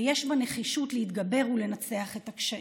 ויש בה נחישות להתגבר ולנצח את הקשיים.